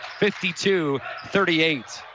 52-38